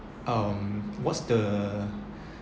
um what's the